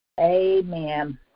Amen